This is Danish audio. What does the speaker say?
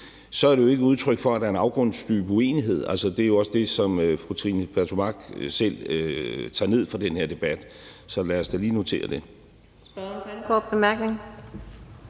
er det jo ikke udtryk for, at der er en afgrundsdyb uenighed. Altså, det er jo også det, som fru Trine Pertou Mach selv tager ned fra den her debat. Så lad os da lige notere det.